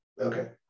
Okay